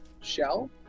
shell